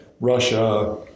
Russia